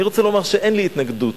אני רוצה לומר שאין לי התנגדות